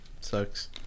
Sucks